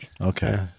Okay